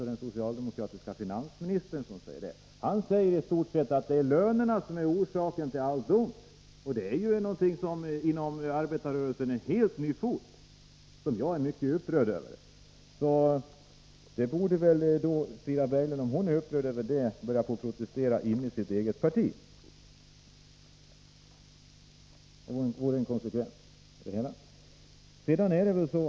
Den socialdemokratiske finansministern säger alltså i stort sett att det är lönerna som är orsaken till allt ont. Det är en helt ny ståndpunkt inom arbetarrörelsen, som jag är mycket upprörd över. Om också Frida Berglund är upprörd borde hon därför börja protestera inom sitt eget parti. Det blir konsekvensen av det hela.